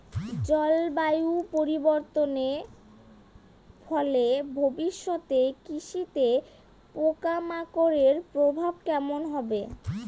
জলবায়ু পরিবর্তনের ফলে ভবিষ্যতে কৃষিতে পোকামাকড়ের প্রভাব কেমন হবে?